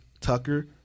Tucker